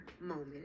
moment